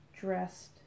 Dressed